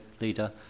leader